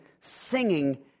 singing